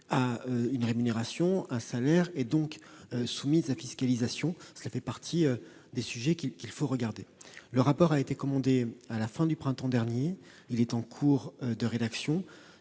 à une rémunération et soumise par conséquent à fiscalisation. Cela fait partie des sujets à étudier. Le rapport a été commandé à la fin du printemps dernier. Il est en cours de rédaction